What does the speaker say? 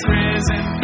risen